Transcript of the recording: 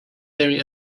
very